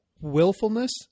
willfulness